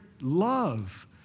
love